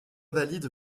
valide